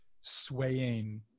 swaying